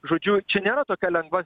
žodžiu čia nėra tokia lengva